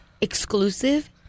exclusive